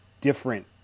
different